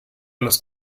los